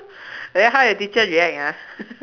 like that how your teacher react ah